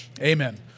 amen